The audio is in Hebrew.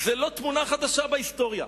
זו לא תמונה חדשה בהיסטוריה.